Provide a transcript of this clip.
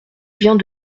vient